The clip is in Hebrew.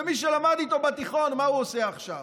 ומי שלמד איתו בתיכון, מה הוא עושה עכשיו?